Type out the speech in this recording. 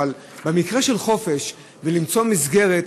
אבל במקרה של חופש ולמצוא מסגרת,